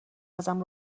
ازم